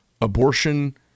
abortion